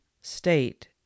state